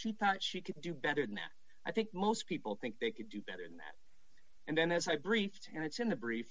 she thought she could do better than that i think most people think they could do better than that and then as i briefed terence in a brief